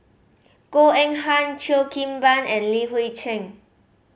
Goh Eng Han Cheo Kim Ban and Li Hui Cheng